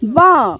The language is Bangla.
বাঁ